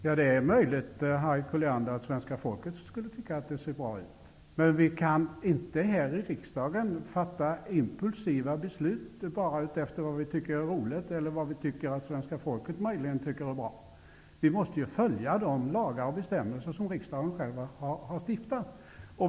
Herr talman! Det är möjligt att svenska folket skulle tycka att det såg bra ut. Men vi kan inte här i riksdagen fatta impulsiva beslut bara efter vad vi tycker är roligt eller vad svenska folket möjligen tycker är bra. Vi måste följa de lagar och bestämmelser som riksdagen själv har stiftat.